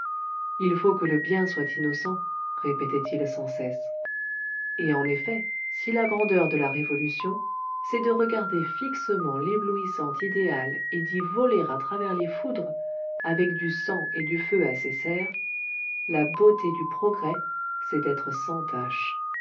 il faut que le bien soit innocent répétait-il sans cesse et en effet si la grandeur de la révolution c'est de regarder fixement l'éblouissant idéal et d'y voler à travers les foudres avec du sang et du feu à ses serres la beauté du progrès c'est d'être sans tache